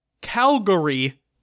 Calgary